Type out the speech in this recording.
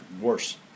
worse